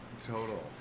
Total